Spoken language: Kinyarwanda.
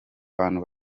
bantu